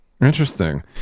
Interesting